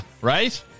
right